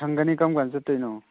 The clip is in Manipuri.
ꯁꯪꯒꯅꯤ ꯀꯔꯝ ꯀꯥꯟꯗ ꯆꯠꯇꯣꯏꯅꯣ